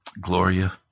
Gloria